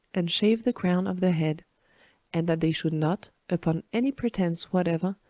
and shave the crown of their head and that they should not, upon any pretence whatever,